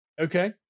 Okay